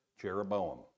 Jeroboam